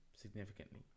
significantly